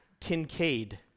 Kincaid